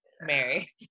mary